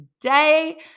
today